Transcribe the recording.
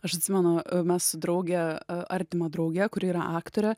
aš atsimenu mes su drauge artima drauge kuri yra aktorė